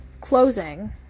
closing